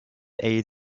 aid